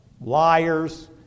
liars